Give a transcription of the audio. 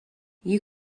you